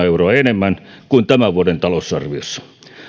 euroa enemmän kuin tämän vuoden talousarviossa